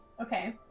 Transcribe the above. okay